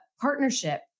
partnership